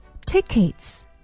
tickets